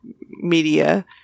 media